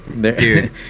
dude